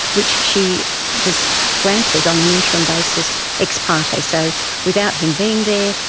which she was granted on an interim basis ex parte. so without him being there,